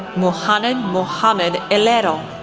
muhannad mohamed eladl,